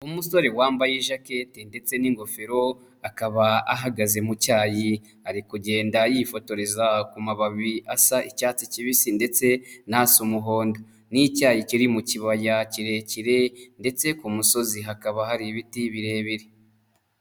Umusore wambaye ijakete ndetse n'ingofero akaba ahagaze mu cyayi ari kugenda yifotoreza ku mababi asa icyatsi kibisi ndetse nasa umuhondo. Ni icyayi kiri mu kibaya kirekire ndetse ku musozi hakaba hari ibiti birebire.